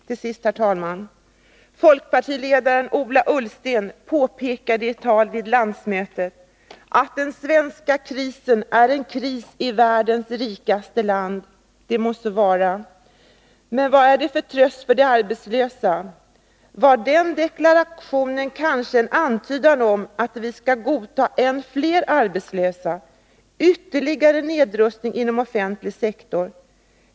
Till sist, herr talman: Folkpartiledaren, Ola Ullsten, påpekade i ett tal vid landsmötet att den svenska krisen är en kris i världens rikaste land. Det må så vara, men vad är det för tröst för de arbetslösa? Var den deklarationen kanske en antydan om att vi skall godta än fler arbetslösa, ytterligare nedrustning inom den offentliga sektorn.